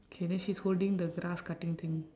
okay then she's holding the grass cutting thing